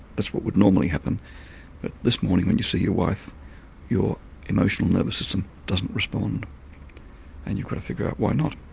that's what would normally happen but this morning when you see your wife your emotional nervous system doesn't respond and you've got to figure out why not.